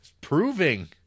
proving